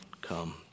come